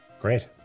great